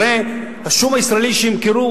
הרי השום הישראלי שימכרו,